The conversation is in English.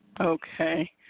Okay